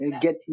get